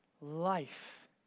life